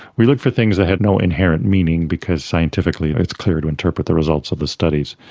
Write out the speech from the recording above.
we looked for things that had no inherent meaning because scientifically it's clear to interpret the results of the studies.